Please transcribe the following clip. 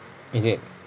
is it